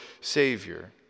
Savior